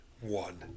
one